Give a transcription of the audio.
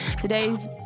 today's